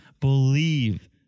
believe